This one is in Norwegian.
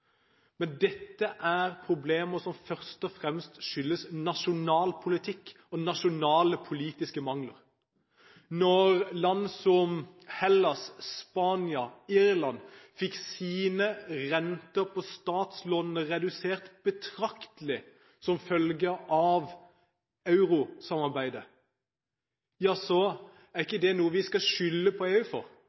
Men dette er problemer som først og fremst skyldes nasjonal politikk og nasjonale politiske mangler. Når land som Hellas, Spania og Irland fikk sine renter på statslånene redusert betraktelig som følge av eurosamarbeidet, ja, så er ikke det noe vi skal skylde på EU for.